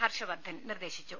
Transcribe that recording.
ഹർഷവർധൻ നിർദേശിച്ചു